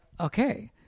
okay